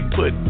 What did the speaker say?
put